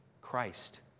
Christ